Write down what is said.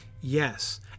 Yes